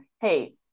hey